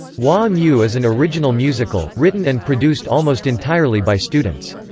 waa-mu is an original musical, written and produced almost entirely by students.